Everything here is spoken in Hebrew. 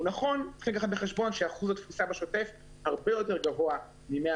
הוא נכון אבל צריך לקחת בחשבון שאחוז התפוסה בשוטף הרבה יותר גבוה מ-100